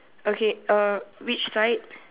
okay uh which side